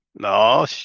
No